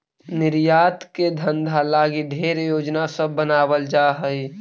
निर्यात के धंधा लागी ढेर योजना सब बनाबल जा हई